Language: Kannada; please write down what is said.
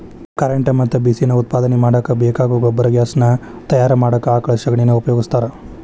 ಕರೆಂಟ್ ಮತ್ತ ಬಿಸಿ ನಾ ಉತ್ಪಾದನೆ ಮಾಡಾಕ ಬೇಕಾಗೋ ಗೊಬರ್ಗ್ಯಾಸ್ ನಾ ತಯಾರ ಮಾಡಾಕ ಆಕಳ ಶಗಣಿನಾ ಉಪಯೋಗಸ್ತಾರ